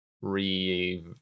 re